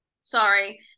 Sorry